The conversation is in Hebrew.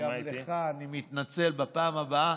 וגם לך, אני מתנצל, בפעם הבאה.